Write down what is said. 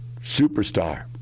superstar